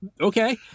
okay